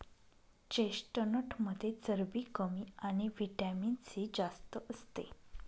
चेस्टनटमध्ये चरबी कमी आणि व्हिटॅमिन सी जास्त असते